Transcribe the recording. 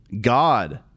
God